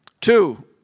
Two